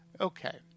Okay